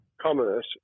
commerce